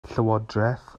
llywodraeth